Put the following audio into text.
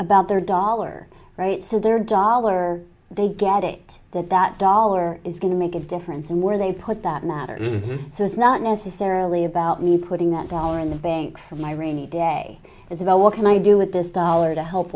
about their dollar right so their dollar they get it that that dollar is going to make it do friends and where they put that matters so it's not necessarily about me putting that dollar in the bank for my rainy day it's about what can i do with this dollar to help